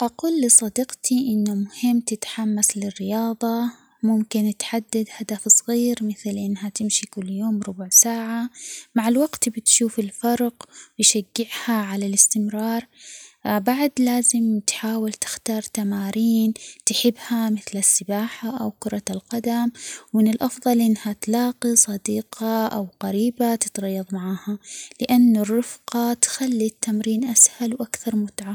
أقول لصديقتي إنو مهم تتحمس للرياضة ممكن تحدد هدف صغير متل إنها تمشي كل يوم ربع ساعة مع الوقت بتشوف الفرق بيشجعها على الاستمرار بعد لازم تحاول تختار تمارين تحبها مثل السباحة أو كرة القدم وإن الأفضل إنها تلاقي صديقة أو قريبة تتريض معاها لأنو الرفقة تخلي التمرين أسهل وأكثر متعة.